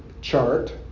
chart